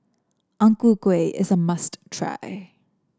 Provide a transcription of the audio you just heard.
Ang Ku Kueh is a must try